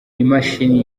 imashini